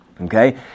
Okay